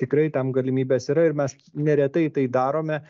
tikrai tam galimybės yra ir mes neretai tai darome